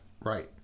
Right